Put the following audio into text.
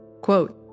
Quote